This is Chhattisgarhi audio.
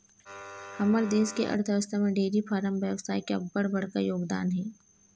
हमर देस के अर्थबेवस्था म डेयरी फारम बेवसाय के अब्बड़ बड़का योगदान हे